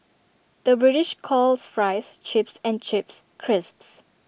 the British calls Fries Chips and Chips Crisps